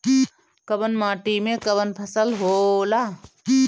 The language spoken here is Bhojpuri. कवन माटी में कवन फसल हो ला?